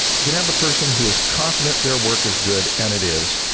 you can have the person who is confident, their work is good and it is,